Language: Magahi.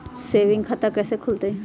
सेविंग खाता कैसे खुलतई?